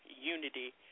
unity